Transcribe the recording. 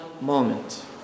moment